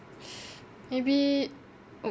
maybe oh